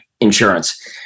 insurance